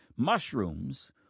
Mushrooms